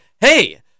hey